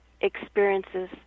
experiences